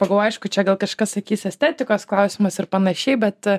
pagalvojau aišku čia gal kažkas sakys estetikos klausimas ir panašiai bet a